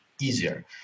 easier